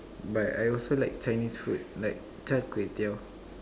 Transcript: but I also like Chinese food like Char-Kway-Teow